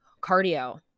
cardio